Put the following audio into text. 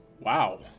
Wow